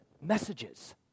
messages